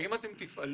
האם אתם תפעלו?